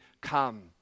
come